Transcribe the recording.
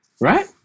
Right